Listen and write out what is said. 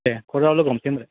दे कर्टआव लोगो हमसै होमबालाय